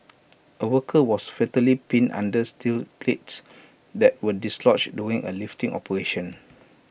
A worker was fatally pinned under steel plates that were dislodged during A lifting operation